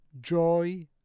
joy